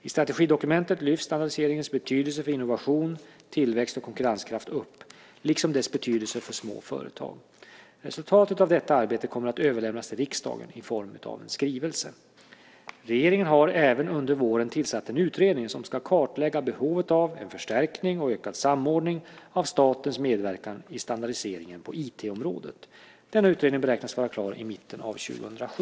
I strategidokumentet lyfts standardiseringens betydelse för innovation, tillväxt och konkurrenskraft upp, liksom dess betydelse för små företag. Resultatet av detta arbete kommer att överlämnas till riksdagen i form av en skrivelse. Regeringen har även under våren tillsatt en utredning som ska kartlägga behovet av en förstärkning och ökad samordning av statens medverkan i standardiseringen på IT-området. Denna utredning beräknas vara klar i mitten av 2007.